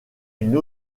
une